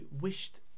wished